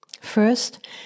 First